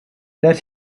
that